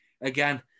again